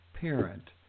parent